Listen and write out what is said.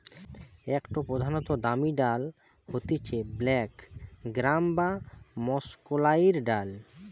একটো প্রধানতম দামি ডাল হতিছে ব্ল্যাক গ্রাম বা মাষকলাইর ডাল